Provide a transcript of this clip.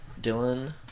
Dylan